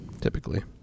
Typically